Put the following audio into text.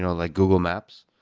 like google maps,